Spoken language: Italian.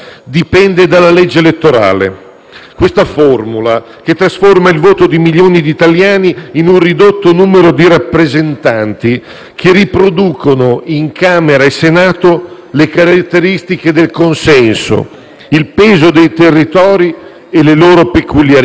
che riproducono in Camera e Senato le caratteristiche del consenso, il peso dei territori e le loro peculiarità. Ebbene, oggi siamo qui, nel più totale disinteresse dei commentatori e dei giornalisti - non c'è nessuno